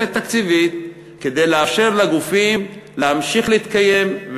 תוספת תקציבית כדי לאפשר לגופים להמשיך להתקיים,